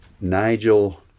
Nigel